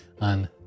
on